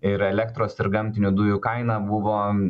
ir elektros ir gamtinių dujų kaina buvo